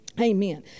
Amen